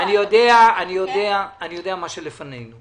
אני יודע מה שלפנינו.